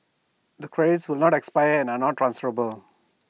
the credits will not expire and are not transferable